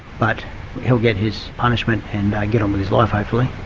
but he'll get his punishment and get on with his life, hopefully.